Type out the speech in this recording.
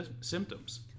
symptoms